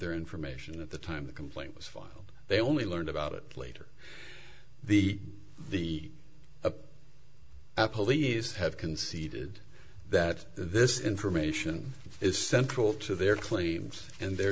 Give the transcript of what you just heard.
their information at the time the complaint was filed they only learned about it later the the a police have conceded that this information is central to their claims and their